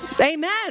Amen